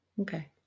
Okay